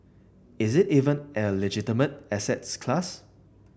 is it even a legitimate asset class